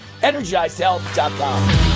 EnergizedHealth.com